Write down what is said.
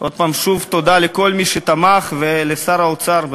שוב תודה לכל מי שתמך, ולשר האוצר.